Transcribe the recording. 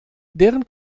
deren